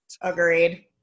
Agreed